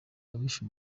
abishe